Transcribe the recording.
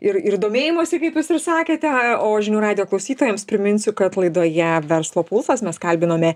ir ir domėjimosi kaip jūs ir sakėte o žinių radijo klausytojams priminsiu kad laidoje verslo pulsas mes kalbinome